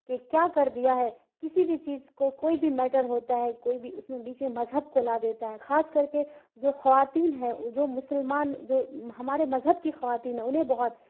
کہ کیا کر دیا ہے کسی بھی چیز کو کوئی بھی میٹر ہوتا ہے کوئی بھی اس میں بیچ میں مذہب کو لا دیتا ہے خاص کر کے جو خواتین ہے جو مسلمان جو ہمارے مذہب کی خواتین ہیں انہیں بہت